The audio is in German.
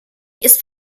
ist